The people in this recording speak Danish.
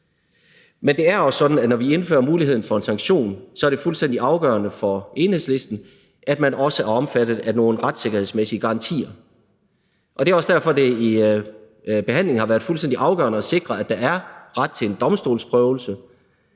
Men det er også sådan, at når vi indfører muligheden for en sanktion, er det fuldstændig afgørende for Enhedslisten, at man også er omfattet af nogle retssikkerhedsmæssige garantier. Det er også derfor, at det i behandlingen har været fuldstændig afgørende at sikre, at der er ret til en domstolsprøvelse,